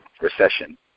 recession